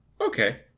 Okay